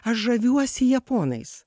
aš žaviuosi japonais